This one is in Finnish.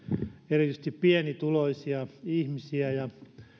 erityisesti pienituloisia ihmisiä ja